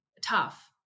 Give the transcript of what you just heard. tough